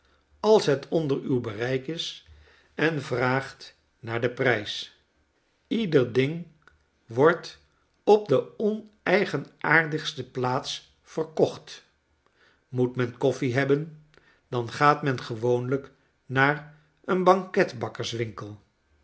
als het onder uw bereik is en vraagt naar den prijs ieder ding wordt op de oneigenaardigste plaats verkocht moet men koffie hebben dan gaat men gewoonlijk naar een